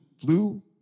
flu